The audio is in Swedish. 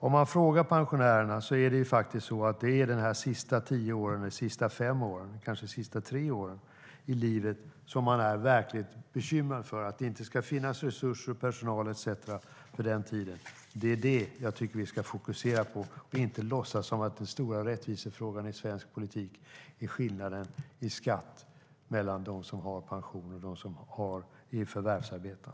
Om vi frågar pensionärerna är det dock de sista tio eller fem - kanske de sista tre - åren i livet man är verkligt bekymrad över. Man är bekymrad över att det inte ska finnas resurser, personal etcetera för den tiden. Det är det jag tycker att vi ska fokusera på. Vi ska inte låtsas att den stora rättvisefrågan i svensk politik är skillnaden i beskattning av dem som har pension och dem som är förvärvsarbetande.